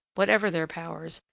whatever their powers,